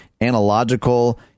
analogical